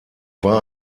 war